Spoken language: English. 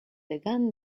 begun